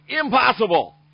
impossible